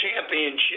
championship